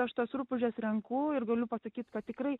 aš tas rupūžes renku ir galiu pasakyt kad tikrai